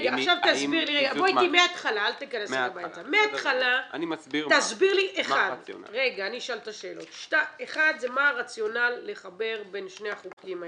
תסביר לי מהתחלה: 1. מה הרציונל לחבר בין שני החוקים האלה?